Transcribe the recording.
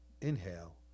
inhale